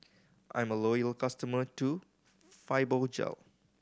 I'm a loyal customer to Fibogel